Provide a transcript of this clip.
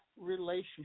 relationship